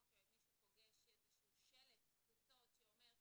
כשמישהו פוגש איזשהו שלט חוצות שאומר,